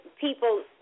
people